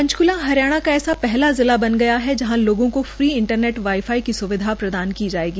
पंचकूला हरियाणा का ऐसा पहला जिला बन गया है जहां लोगों को फ्री इंटरनेट वाई फाई की स्विधा प्रदान की जाएगी